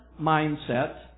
mindset